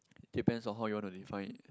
depends on how you want to define it